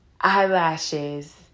eyelashes